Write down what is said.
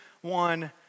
one